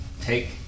take